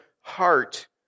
heart